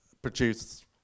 produce